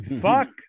Fuck